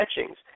etchings